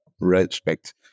respect